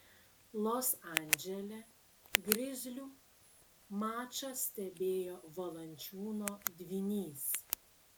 los andžele grizlių mačą stebėjo valančiūno dvynys